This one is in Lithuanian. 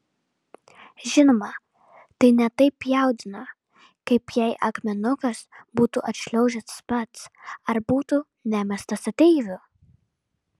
žinoma tai ne taip jaudina kaip jei akmenukas būtų atšliaužęs pats ar būtų nemestas ateivių